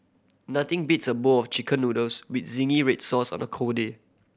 nothing beats a bowl of Chicken Noodles with zingy red sauce on a cold day